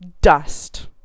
dust